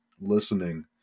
listening